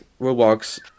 roblox